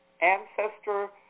ancestor